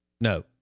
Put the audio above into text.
No